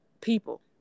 people